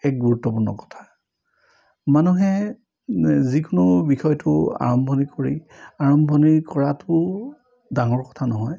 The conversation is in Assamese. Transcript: এক গুৰুত্বপূৰ্ণ কথা মানুহে যিকোনো বিষয়টো আৰম্ভণি কৰি আৰম্ভণি কৰাটো ডাঙৰ কথা নহয়